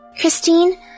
Christine